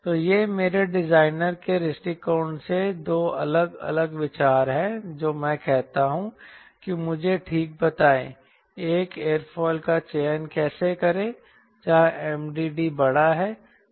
तो ये मेरे डिजाइनर के दृष्टिकोण से 2 अलग अलग विचार हैं जो मैं कहता हूं कि मुझे ठीक बताएं एक एयरफ़ोइल का चयन कैसे करें जहां MDD बड़ा है